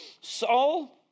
Saul